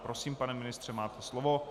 Prosím, pane ministře, máte slovo.